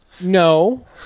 no